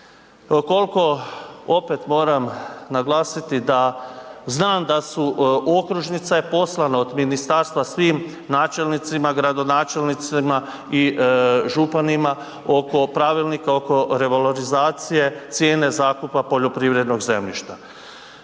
Kolko opet moram naglasiti da znam da su, okružnica je poslana od ministarstva svim načelnicima, gradonačelnicima i županima oko pravilnika, oko revalorizacije, cijene zakupa poljoprivrednog zemljišta.